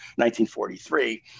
1943